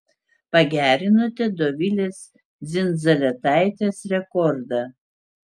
pagerinote dovilės dzindzaletaitės rekordą